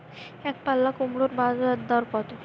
একপাল্লা কুমড়োর বাজার দর কত?